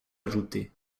ajoutée